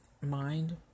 mind